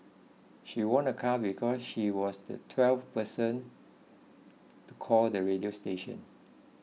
she won a car because she was the twelfth person to call the radio station